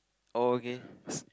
oh okay s~